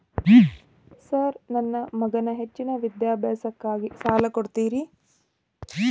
Sir ನನ್ನ ಮಗನ ಹೆಚ್ಚಿನ ವಿದ್ಯಾಭ್ಯಾಸಕ್ಕಾಗಿ ಸಾಲ ಕೊಡ್ತಿರಿ?